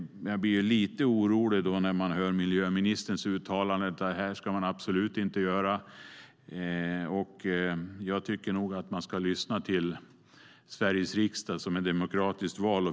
Jag blir lite orolig när jag hör miljöministerns uttalande om att man absolut inte ska göra det här. Jag tycker nog att man ska lyssna till Sveriges riksdag, som är demokratiskt vald.